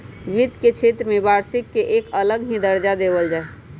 वित्त के क्षेत्र में वार्षिक के एक अलग ही दर्जा देवल जा हई